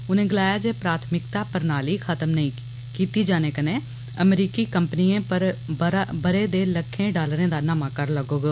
उनें गलाया ऐ जे प्राथमिक्ता प्रणाली खत्म कीत्ती जाने कन्नै अमरीकी कंपनियें पर ब'रे दे लक्खें डालरें दा नमां कर लगोग